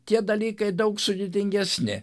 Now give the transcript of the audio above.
tie dalykai daug sudėtingesni